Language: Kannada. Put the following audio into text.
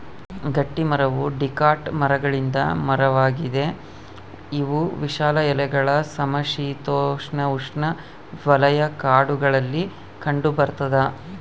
ಗಟ್ಟಿಮರವು ಡಿಕಾಟ್ ಮರಗಳಿಂದ ಮರವಾಗಿದೆ ಇವು ವಿಶಾಲ ಎಲೆಗಳ ಸಮಶೀತೋಷ್ಣಉಷ್ಣವಲಯ ಕಾಡುಗಳಲ್ಲಿ ಕಂಡುಬರ್ತದ